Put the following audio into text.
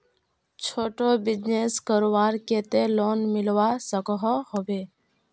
छोटो बिजनेस करवार केते लोन मिलवा सकोहो होबे?